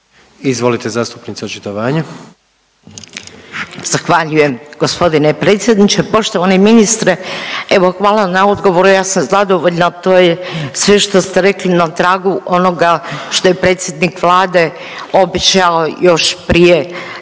**Lukačić, Ljubica (HDZ)** Zahvaljujem gospodine predsjedniče. Poštovani ministre, evo hvala na odgovoru, ja sam zadovoljna. To je sve što ste rekli na tragu onoga što je predsjednik Vlade obećao još prije